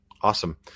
Awesome